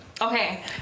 Okay